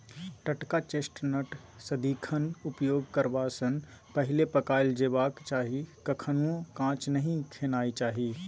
टटका चेस्टनट सदिखन उपयोग करबा सँ पहिले पकाएल जेबाक चाही कखनहुँ कांच नहि खेनाइ चाही